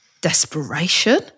Desperation